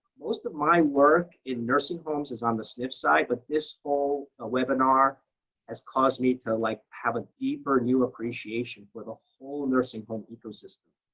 most of my work in nursing homes is on the snf side. but this whole ah webinar has caused me to like have a deeper, new appreciation for the whole nursing home ecosystem.